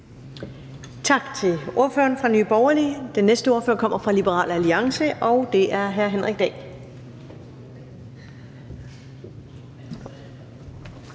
Tak til ordføreren for Nye Borgerlige. Den næste ordfører kommer fra Liberal Alliance, og det er hr. Henrik Dahl.